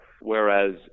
Whereas